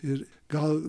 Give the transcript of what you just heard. ir gal